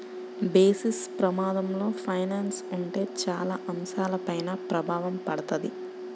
basis ప్రమాదంలో finance ఉంటే చాలా అంశాలపైన ప్రభావం పడతది